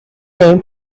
name